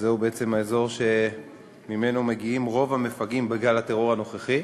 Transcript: האזור שממנו מגיעים רוב המפגעים בגל הטרור הנוכחי.